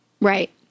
Right